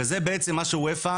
וזה בעצם מה שאופ"א